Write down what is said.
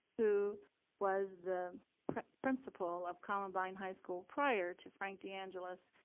who was the principal of columbine high school prior to frank deangelis.